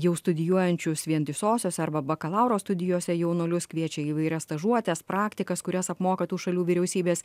jau studijuojančius vientisosiose arba bakalauro studijose jaunuolius kviečia į įvairias stažuotes praktikas kurias apmoka tų šalių vyriausybės